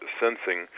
sensing